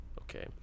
okay